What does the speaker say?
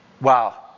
Wow